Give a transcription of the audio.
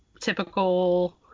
typical